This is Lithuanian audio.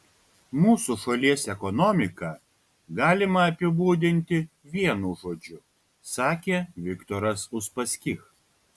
mūsų šalies ekonomiką galima apibūdinti vienu žodžiu sakė viktoras uspaskich